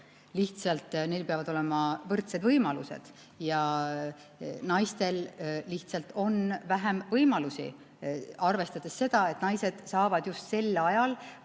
lihtsalt neil peavad olema võrdsed võimalused. Naistel lihtsalt on vähem võimalusi, arvestades seda, et naised just sel ajal,